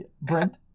Brent